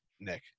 Nick